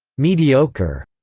mediocre,